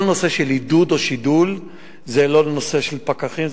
כל הנושא של עידוד או שידול זה לא נושא של פקחים,